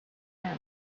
fence